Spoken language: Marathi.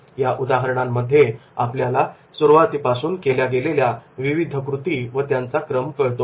या उदाहरणांमध्ये आपल्याला सुरवातीपासून केल्या गेलेल्या विविध कृती व त्यांचा क्रम कळतो